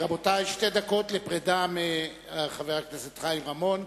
רבותי, שתי דקות לפרידה מחבר הכנסת חיים רמון.